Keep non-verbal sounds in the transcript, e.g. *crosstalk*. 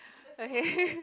okay *laughs*